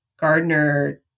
Gardner